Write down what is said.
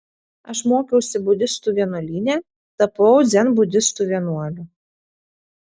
aš mokiausi budistų vienuolyne tapau dzenbudistų vienuoliu